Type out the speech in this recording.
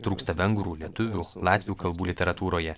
trūksta vengrų lietuvių latvių kalbų literatūroje